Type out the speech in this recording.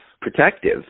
protective